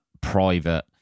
private